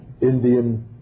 Indian